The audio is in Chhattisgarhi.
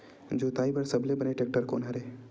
जोताई बर सबले बने टेक्टर कोन हरे?